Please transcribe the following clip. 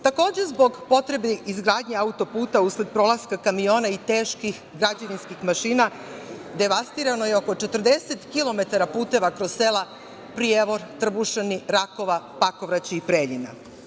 Takođe, zbog potrebe izgradnje autoputa, usled prolaska kamiona i teških građevinskih mašina, devastirano je oko 40 kilometara puteva kroz sela Prijevor, Trbušani, Rakova, Pakovraće i Preljina.